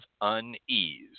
unease